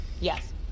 yes